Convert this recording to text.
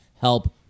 help